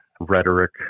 rhetoric